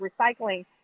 recycling